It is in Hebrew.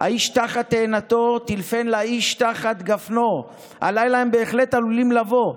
"האיש תחת תאנתו טלפון לאיש תחת גפנו: / הלילה הם בהחלט עלולים לבוא.